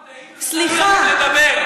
סליחה.